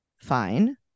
fine